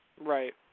Right